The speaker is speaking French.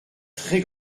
très